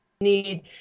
need